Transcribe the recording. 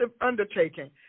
undertaking